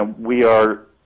ah we are,